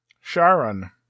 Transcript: Sharon